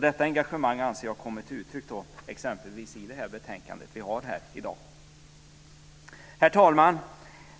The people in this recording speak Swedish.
Detta engagemang anser jag kommer till uttryck exempelvis i det betänkande som vi debatterar här i dag. Herr talman!